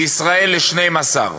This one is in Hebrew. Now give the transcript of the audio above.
בישראל יש ל-12%.